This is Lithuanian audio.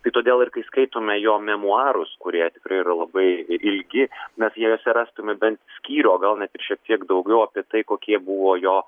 tai todėl ir kai skaitome jo memuarus kurie tikrai yra labai ilgi mes juose rastume bent skyrių o gal net ir šiek tiek daugiau apie tai kokie buvo jo